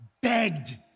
begged